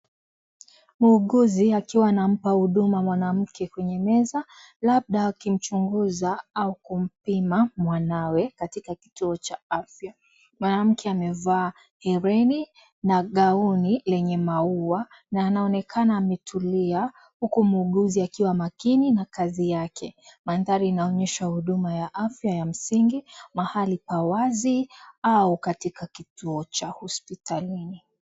Muuguzi akiwa anampa huduma mwanamke kwenye meza labda akimchunguza au kumpima mwanawe katika kituo cha afya ,mwanamke amevaa hereni na gaoni lenye maua na anaonekana ametulia huku muuguzi akiwa makini na kazi yake manthari inaonyesha huduma ya afya ya msingi mahali pa wazi au katika kituo cha hospitalini.